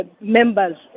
members